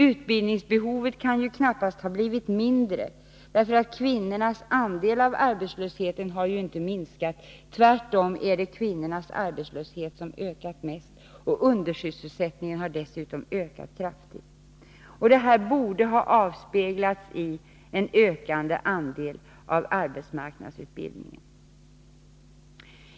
Utbildningsbehovet kan knappast ha blivit mindre, för kvinnornas andel av arbetslösheten har ju inte minskat. Tvärtom är det just kvinnornas arbetslöshet som ökat mest, och undersysselsättningen har dessutom ökat kraftigt. Det här borde ha avspeglats i en ökande andel i arbetsmarknadsutbildningen.